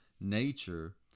nature